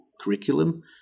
curriculum